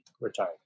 retired